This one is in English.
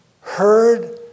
heard